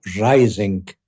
rising